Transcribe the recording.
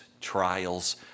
trials